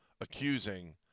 accusing